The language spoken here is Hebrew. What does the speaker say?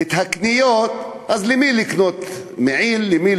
את הקניות, אז, למי לקנות מעיל, למי